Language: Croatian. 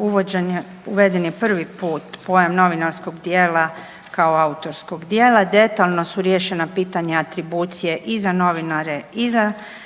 uvođenje, uveden je prvi put pojam novinarskog djela kao autorskog djela, detaljno su riješena pitanja atribucije i za novinare i za izdavače.